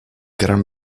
gran